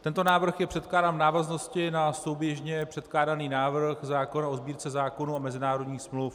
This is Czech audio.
Tento návrh je předkládán v návaznosti na souběžně předkládaný návrh zákona o Sbírce zákonů a mezinárodních smluv.